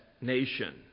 nation